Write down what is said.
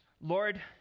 Lord